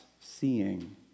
seeing